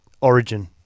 origin